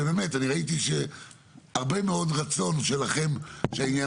ובאמת ראיתי הרבה מאוד רצון שלכם שהעניין